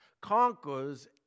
conquers